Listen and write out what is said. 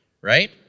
right